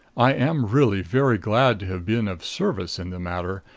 i am really very glad to have been of service in the matter,